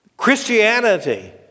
Christianity